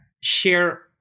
share